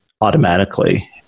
automatically